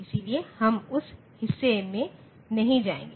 इसलिए हम उस हिस्से में नहीं जाएंगे